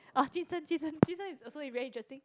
!wah! jun sheng jun sheng jun sheng is also very interesting